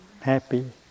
happy